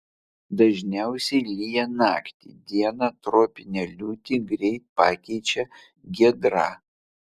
dažniausiai lyja naktį dieną tropinę liūtį greit pakeičia giedra